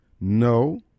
No